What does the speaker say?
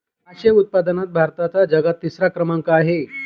मासे उत्पादनात भारताचा जगात तिसरा क्रमांक आहे